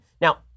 Now